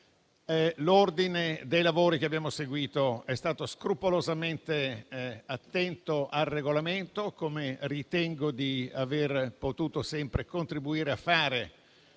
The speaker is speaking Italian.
L'ordine dei lavori che abbiamo seguito è stato scrupolosamente attento al Regolamento, come ritengo di aver potuto sempre contribuire a fare,